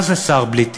מה זה שר בלי תיק?